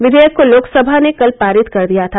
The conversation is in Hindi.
विधेयक को लोकसभा ने कल पारित कर दिया था